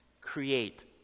create